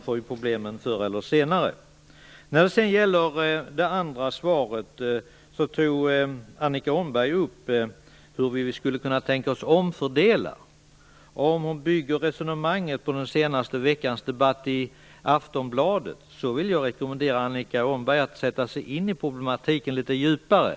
Förr eller senare får man problem. Annika Åhnberg undrade hur vi skulle kunna tänka oss att omfördela. Om hon bygger sitt resonemang på den senaste veckans debatt i Aftonbladet vill jag rekommendera Annika Åhnberg att sätta sig in i problematiken litet djupare.